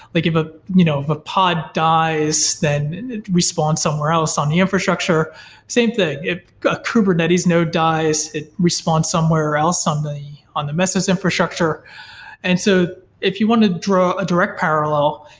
like if ah you know if a pod dies, then respawn somewhere else on the infrastructure same thing, if a kubernetes node dies, it respawns somewhere else on on the mesos infrastructure and so if you want to draw a direct parallel,